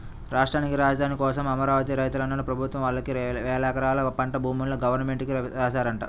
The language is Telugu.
రాష్ట్రానికి రాజధాని కోసం అమరావతి రైతన్నలు ప్రభుత్వం వాళ్ళకి వేలెకరాల పంట భూముల్ని గవర్నమెంట్ కి రాశారంట